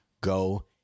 go